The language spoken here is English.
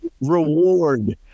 reward